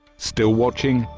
still watching?